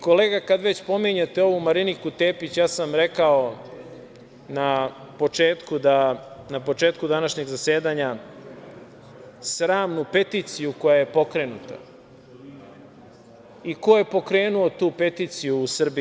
Kolega, kad već pominjete ovu Mariniku Tepić, ja sam rekao na početku današnjeg zasedanja, sramnu peticiju koja je pokrenuta, i ko je pokrenuo tu peticiju u Srbiji.